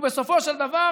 ובסופו של דבר